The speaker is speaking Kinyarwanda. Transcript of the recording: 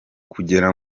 kugera